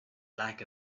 lack